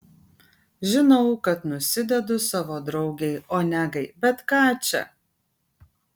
žinau kad nusidedu savo draugei onegai bet ką čia